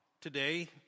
today